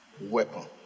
weapon